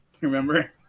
Remember